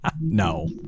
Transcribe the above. No